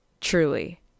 Truly